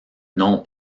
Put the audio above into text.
non